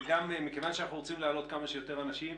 מכיוון שאנחנו רוצים להעלות כמה שיותר אנשים,